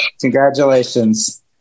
Congratulations